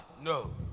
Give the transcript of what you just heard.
No